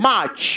March